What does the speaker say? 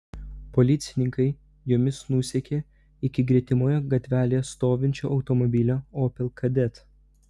policininkai jomis nusekė iki gretimoje gatvelėje stovinčio automobilio opel kadett